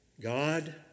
God